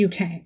UK